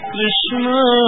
Krishna